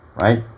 right